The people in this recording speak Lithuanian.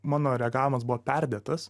mano reagavimas buvo perdėtas